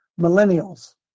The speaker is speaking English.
millennials